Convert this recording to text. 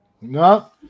No